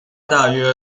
大约